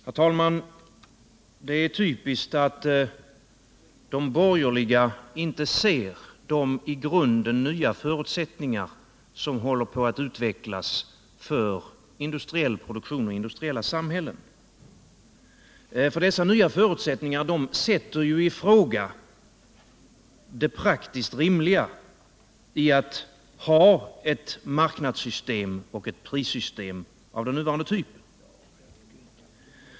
Herr talman! Det är typiskt att de borgerliga inte ser de i grunden nva förutsättningar som håller på att utvecklas för industriell produktion och industriella samhällen. Dessa nya förutsättningar sätter ju i fråga det praktiskt rimliga I att ha ett marknadssystem och ett prissystem av den nuvarande typen.